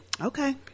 Okay